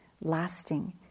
lasting